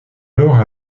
alors